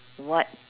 what